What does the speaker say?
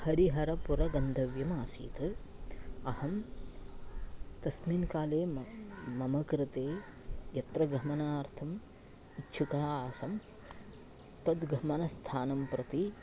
हरिहरं पुरगन्तव्यम् आसीत् अहं तस्मिन् काले मम मम कृते यत्र गमनार्थम् इच्छुका आसम् तद्गमनस्थानं प्रति